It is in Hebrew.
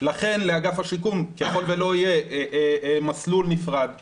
לכן לאגף השיקום ככל שלא יהיה מסלול נפרד ללוחמים,